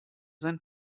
sein